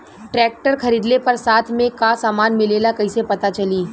Tractor खरीदले पर साथ में का समान मिलेला कईसे पता चली?